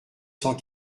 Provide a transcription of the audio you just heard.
cent